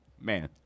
Man